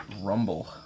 rumble